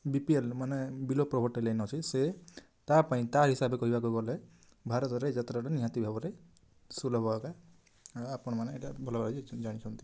ବି P L ମାନେ below poverty line ଅଛି ସେ ତା'ପାଇଁ ତା'ହିସାବରେ କହିବାକୁ ଗଲେ ଭାରତରେ ଯାତ୍ରାଟି ନିହାତି ଭାବରେ ସୁଲଭ ଭାବେ ଆପଣମାନେ ଏଇଟା ଭଲ ଭାବେ ଜାଣିଛନ୍ତି